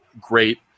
great